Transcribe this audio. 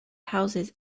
houses